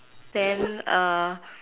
then uh